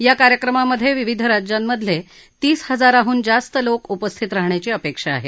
या कार्यक्रमामध्ये विविध राज्यांमधले तीस हजारांहून जास्त लोक उपस्थित राहण्याची अपेक्षा आहे